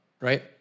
right